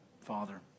Father